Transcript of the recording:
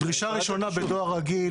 דרישה ראשונה בדואר רגיל,